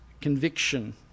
conviction